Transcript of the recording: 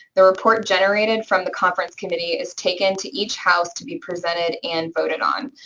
the report generated from the conference committee is taken to each house to be presented and voted on,